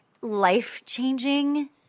life-changing